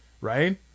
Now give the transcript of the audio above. right